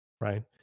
Right